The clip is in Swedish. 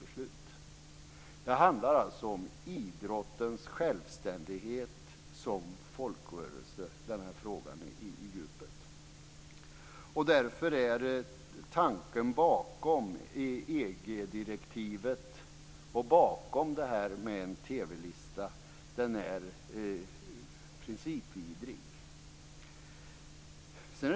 Den här frågan handlar alltså i djupet om idrottens självständighet som folkrörelse. Därför är tanken bakom EG-direktivet och bakom en TV-lista principvidrig.